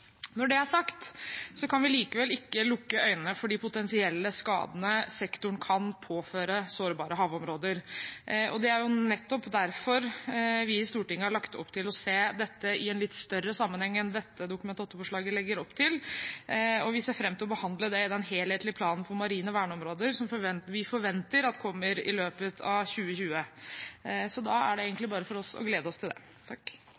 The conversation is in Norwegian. Når det er sagt, kan vi likevel ikke lukke øynene for de potensielle skadene sektoren kan påføre sårbare havområder. Det er nettopp derfor vi i Stortinget har lagt opp til å se dette i en litt større sammenheng enn dette Dokument 8-forslaget legger opp til, og vi ser fram til å behandle det i forbindelse med den helhetlige planen for marine verneområder som vi forventer at kommer i løpet av 2020. Så da er det egentlig bare for oss å glede oss til det.